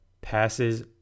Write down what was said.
passes